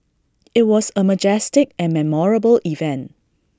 IT was A majestic and memorable event